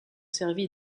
servi